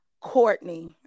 Courtney